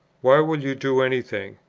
why will you do any thing?